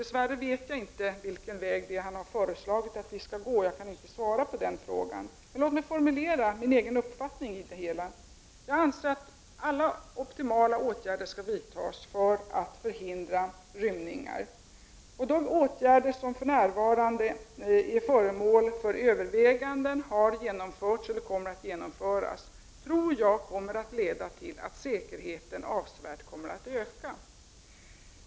Dess värre vet jag inte vilken väg han har föreslagit att vi skall gå, och jag kan därför inte svara på den frågan. Men jag kan formulera min egen uppfattning om det hela. Jag anser att alla optimala åtgärder bör vidtas för att förhindra rymningar. De åtgärder som för närvarande är föremål för överväganden, som har genomförts eller som kommer att genomföras, kommer att leda till att säkerheten avsevärt kommer att öka.